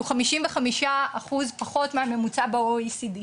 שהוא חמישים וחמישה אחוז פחות מהממוצע ב-OECD.